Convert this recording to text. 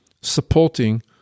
supporting